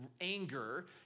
anger